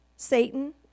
Satan